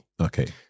Okay